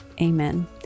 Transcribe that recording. Amen